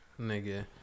nigga